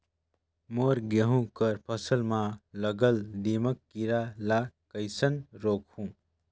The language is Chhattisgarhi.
मोर गहूं कर फसल म लगल दीमक कीरा ला कइसन रोकहू?